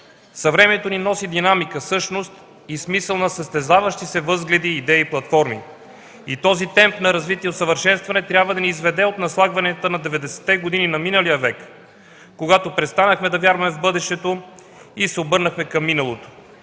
Съвремието ни носи динамика, същност и смисъл на състезаващи се възгледи, идеи и платформи. Този темп на развитие и усъвършенстване трябва да ни изведе от наслагванията на 90 те години на миналия век, когато престанахме да вярваме в бъдещето и се обърнахме към миналото,